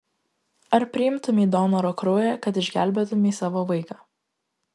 ar priimtumei donoro kraują kad išgelbėtumei savo vaiką